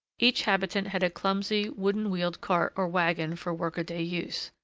each habitant had a clumsy, wooden-wheeled cart or wagon for workaday use.